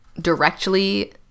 directly